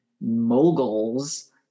moguls